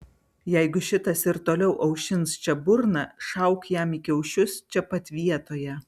jeigu šitas ir toliau aušins čia burną šauk jam į kiaušius čia pat vietoje